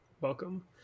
welcome